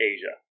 Asia